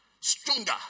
Stronger